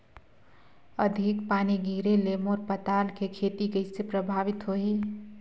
अधिक पानी गिरे ले मोर पताल के खेती कइसे प्रभावित होही?